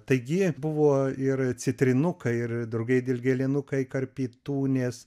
taigi buvo ir citrinukai ir drugiai dilgėlinukai karpytūės